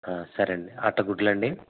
సరే అండి అట్ట గుడ్లు అండి